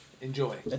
Enjoy